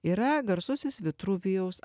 yra garsusis vitruvijaus